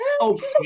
Okay